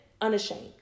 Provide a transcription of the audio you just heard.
unashamed